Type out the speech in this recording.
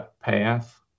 path